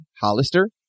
Hollister